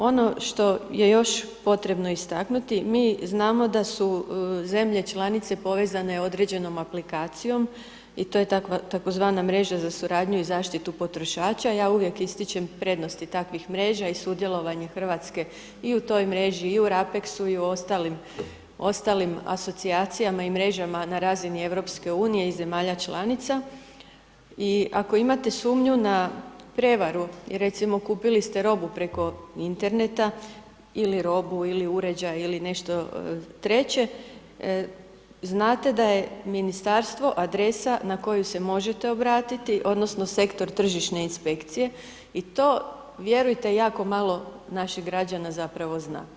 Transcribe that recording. Ono što je još potrebno istaknuti, mi znamo da su zemlje članice povezane određenom aplikacijom i to je tzv. mreža za suradnju i zaštitu potrošača, ja uvijek ističem prednosti takvih mreža i sudjelovanje Hrvatske i u toj mreži i u rapeksu i u ostalim asocijacijama i mrežama na razini EU i zemalja članica i ako imate sumnju na prevaru i recimo kupili ste robu preko interneta ili robu ili uređaj ili nešto treće, znate da je ministarstvo adresa na koju se možete obratiti odnosno, sektor tržišne inspekcije i to vjerujte jako malo naših građana zapravo zna.